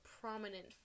prominent